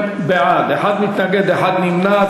32 בעד, אחד מתנגד, אחד נמנע.